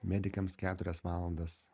medikams keturias valandas